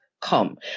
come